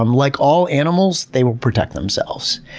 um like all animals, they will protect themselves.